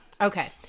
Okay